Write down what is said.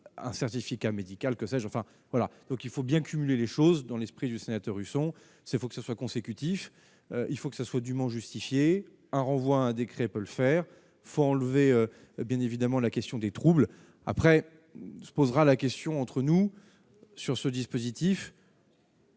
un certificat médical, que sais-je, enfin voilà, donc il faut bien cumuler les choses dans l'esprit du sénateur Husson c'est faux, que ce soit consécutifs, il faut que ça soit du justifier un renvoi un décret peut le faire faut enlever bien évidemment la question des troubles après se posera la question entre nous sur ce dispositif.